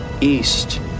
east